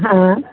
हां